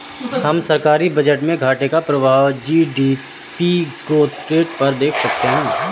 हम सरकारी बजट में घाटे का प्रभाव जी.डी.पी ग्रोथ रेट पर देख सकते हैं